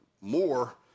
more